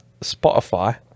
Spotify